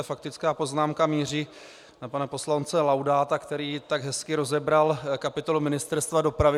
Faktická poznámka míří na pana poslance Laudáta, který tak hezky rozebral kapitolu Ministerstva dopravy.